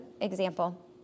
example